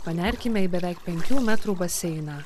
panerkime į beveik penkių metrų baseiną